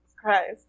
Christ